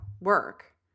work